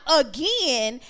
again